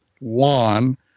lawn